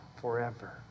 forever